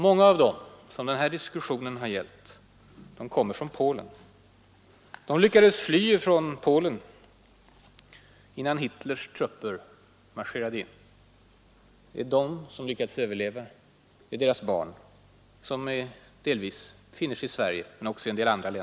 Många av dem som den här diskussionen har gällt kommer från Polen; jag visade det i riksdagen 1969. ”De lyckades fly därifrån innan Hitlers trupper marscherade in.